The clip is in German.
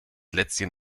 lätzchen